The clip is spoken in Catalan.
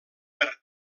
per